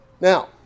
now